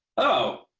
oh.